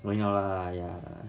完了 lah !aiya!